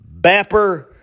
bapper